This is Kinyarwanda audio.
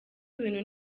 ibintu